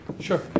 Sure